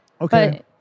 Okay